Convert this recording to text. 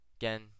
Again